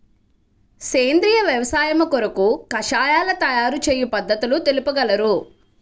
సేంద్రియ వ్యవసాయము కొరకు కషాయాల తయారు చేయు పద్ధతులు తెలుపగలరు?